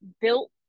built